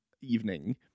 evening